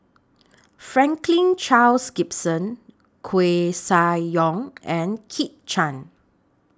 Franklin Charles Gimson Koeh Sia Yong and Kit Chan